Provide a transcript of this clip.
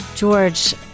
George